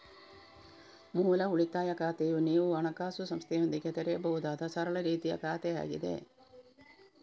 ಮೂಲ ಉಳಿತಾಯ ಖಾತೆಯು ನೀವು ಹಣಕಾಸು ಸಂಸ್ಥೆಯೊಂದಿಗೆ ತೆರೆಯಬಹುದಾದ ಸರಳ ರೀತಿಯ ಖಾತೆಯಾಗಿದೆ